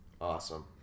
Awesome